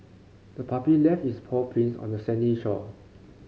the puppy left is paw prints on the sandy shore